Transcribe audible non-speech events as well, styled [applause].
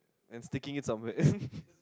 and sticking it somewhere [laughs]